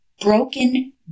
Broken